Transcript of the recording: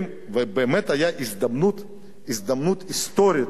ובאמת היתה הזדמנות היסטורית,